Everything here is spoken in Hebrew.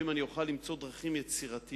אם אני אוכל למצוא דרכים יצירתיות